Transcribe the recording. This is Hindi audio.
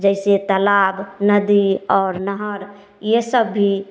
जैसे तालाब नदी और नहर ये सब भी